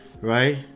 right